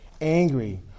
angry